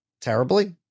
terribly